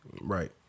Right